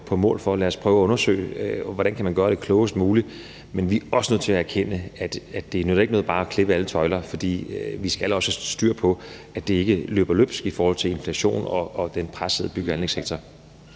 på mål for, at lad os prøve at undersøge, hvordan man kan gøre det klogest muligt, men vi er også nødt til at erkende, at det ikke nytter noget bare at klippe alle tøjler, for vi skal også have styr på, at det ikke løber løbsk i forhold til inflation og den pressede bygge- og anlægssektor.